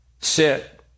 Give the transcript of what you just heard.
Sit